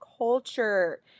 Culture